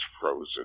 frozen